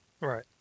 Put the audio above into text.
right